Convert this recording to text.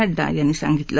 नड्डा यांनी सांगितलं